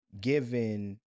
given